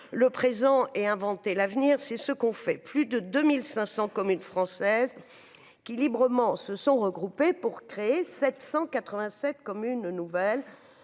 le présent et inventer l'avenir, c'est ce qu'ont fait plus de 2500 communes françaises qui, librement, se sont regroupés pour créer 787 communes nouvelles